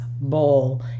bowl